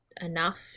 enough